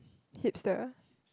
hipster